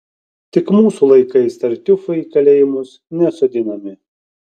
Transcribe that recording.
tik mūsų laikais tartiufai į kalėjimus nesodinami